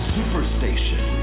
Superstation